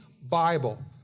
Bible